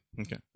Okay